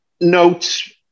notes